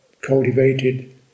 cultivated